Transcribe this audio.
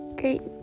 great